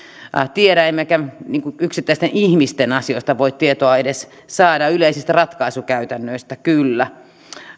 tiedä emmekä yksittäisten ihmisten asioista voi tietoa edes saada mutta yleisistä ratkaisukäytännöistä kyllä